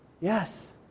Yes